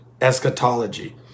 eschatology